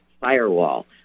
firewall